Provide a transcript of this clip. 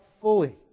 fully